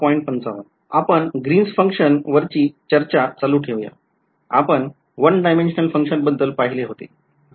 ५५ आपण Green's function वरची चर्चा चालू ठेवूया आपण 1 D function बद्दल पहिले होते बरोबर